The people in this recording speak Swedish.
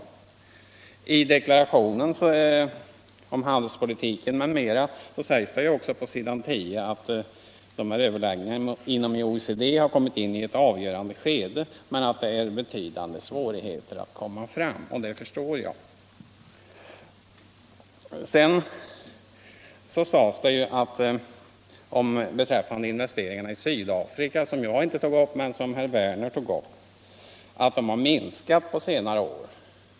I regeringsdeklarationen om handelspolitiken framhålls också att överläggningarna inom OECD har kommit in i ett avgörande skede men att det är betydande svårigheter att komma fram. Det förstår jag. Vad beträffar de svenska investeringarna i Sydafrika, som jag inte berörde men som herr Werner tog upp, sades att dessa hade minskat under senare år.